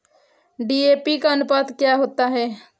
DAP का अनुपात क्या होता है?